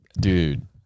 dude